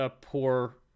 poor